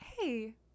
hey